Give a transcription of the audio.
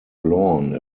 lorne